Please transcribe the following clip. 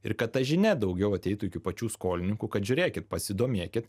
ir kad ta žinia daugiau ateitų iki pačių skolininkų kad žiūrėkit pasidomėkit